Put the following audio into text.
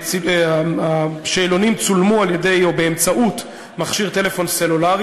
השאלונים צולמו באמצעות מכשיר טלפון סלולרי